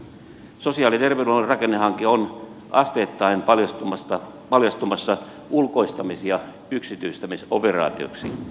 sosiaali ja terveydenhuollon rakennehanke on asteittain paljastumassa ulkoistamis ja yksityistämisoperaatioksi